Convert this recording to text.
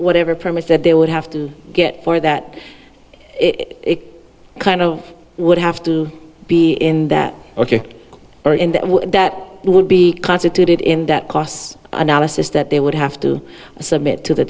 whatever permits that they would have to get for that it kind of would have to be in that ok that would be constituted in that costs analysis that they would have to submit to the